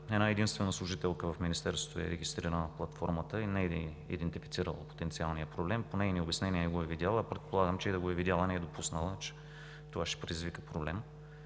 единствена служителка в Министерството е регистрирана в платформата и не е идентифицирала потенциалния проблем. По нейни обяснения не го е видяла, а предполагам, че и да го е видяла, не е допуснала, че това ще предизвика проблем.